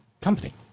company